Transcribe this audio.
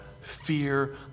fear